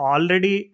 Already